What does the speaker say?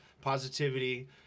positivity